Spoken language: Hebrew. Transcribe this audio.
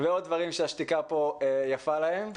ועוד דברים שהשתיקה פה יפה להם.